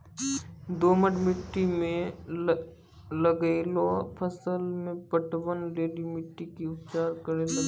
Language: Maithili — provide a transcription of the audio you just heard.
दोमट मिट्टी मे लागलो फसल मे पटवन लेली मिट्टी के की उपचार करे लगते?